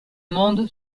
monde